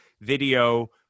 video